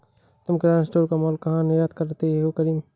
तुम किराना स्टोर का मॉल कहा निर्यात करते हो करीम?